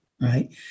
right